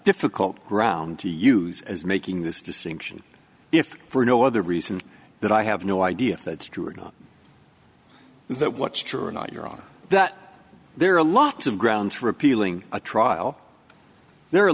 difficult ground to use as making this distinction if for no other reason that i have no idea that's true or not that what's true or not your honor that there are lots of grounds for appealing a trial there are